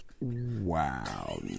Wow